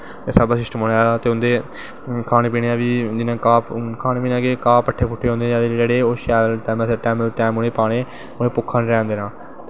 सब सिस्टम बना दे उंदे उंदा खानें पीनें दा बी जियां घाह् पट्ठे शैल टैमां सिर उ'नेंगी पानें उनेंगी भुक्खा नी रैह्न देनां